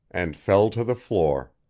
and fell to the floor.